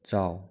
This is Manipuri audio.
ꯆꯥꯎ